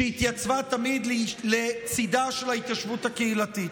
שהתייצבה תמיד לצידה של ההתיישבות הקהילתית.